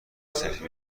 سلفی